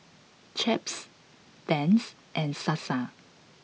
Chaps Vans and Sasa